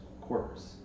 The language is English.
quarters